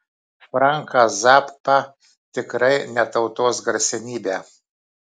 franką zappą tikrai ne tautos garsenybę